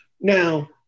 Now